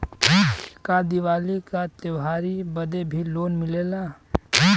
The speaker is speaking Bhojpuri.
का दिवाली का त्योहारी बदे भी लोन मिलेला?